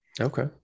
okay